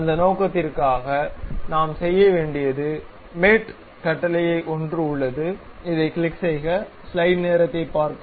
அந்த நோக்கத்திற்காக நாம் செய்ய வேண்டியது மேட் கட்டளை ஒன்று உள்ளது இதைக் கிளிக் செய்க